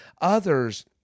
others